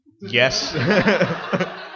yes